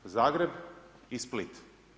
Zagreb i Split.